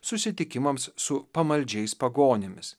susitikimams su pamaldžiais pagonimis